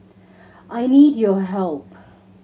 I need your help